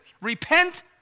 Repent